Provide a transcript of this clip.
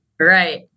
Right